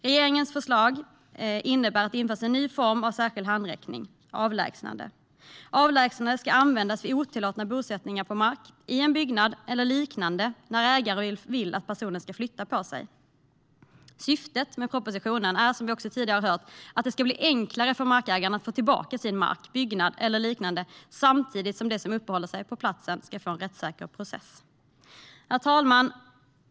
Regeringens förslag innebär att det införs en ny form av särskild handräckning, det vill säga avlägsnande. Avlägsnande ska användas vid otillåtna bosättningar på mark, i en byggnad eller liknande när ägaren vill att personen ska flytta på sig. Syftet med propositionen är, som vi också tidigare har hört, att det ska bli enklare för markägaren att få tillbaka sin mark, byggnad eller liknande samtidigt som de som uppehåller sig på platsen ska vara föremål för en rättssäker process. Herr talman!